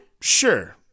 Sure